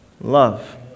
Love